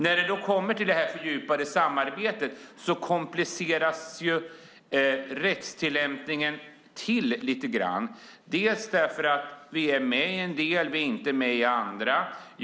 När det då kommer till det fördjupade samarbetet kompliceras rättstillämpningen lite grann, delvis därför att vi är med i en del och inte med i andra samarbeten.